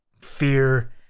fear